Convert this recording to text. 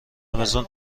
رمضون